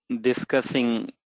discussing